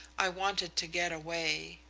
i wanted to get away.